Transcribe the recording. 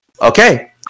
Okay